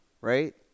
right